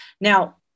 Now